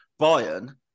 Bayern